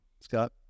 Scott